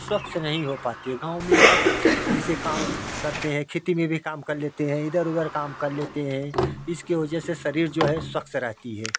स्वच्छ नहीं हो पाती है गाँव में ये सब जैसे काम करते हैं खेती में भी काम कर लेते हैं इधर उधर काम कर लेते हैं इसके वजह से शरीर जो है स्वच्छ रहती है